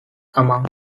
among